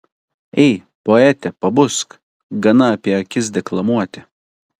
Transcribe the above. ei poete pabusk gana apie akis deklamuoti